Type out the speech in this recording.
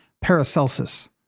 Paracelsus